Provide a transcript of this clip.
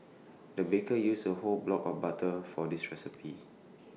the baker used A whole block of butter for this recipe